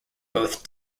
both